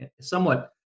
somewhat